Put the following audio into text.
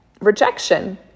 rejection